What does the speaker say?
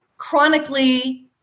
chronically